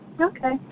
Okay